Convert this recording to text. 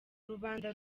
rubanda